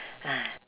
!hais!